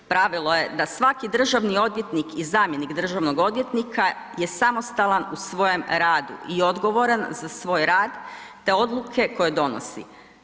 Pravilo je da svaki državni odvjetnik i zamjenik državnog odvjetnika je samostalan u svojem radu i odgovoran za svoj rad te odluke koje donosi.